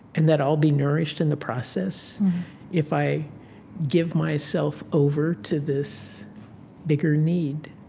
and that i'll be nourished in the process if i give myself over to this bigger need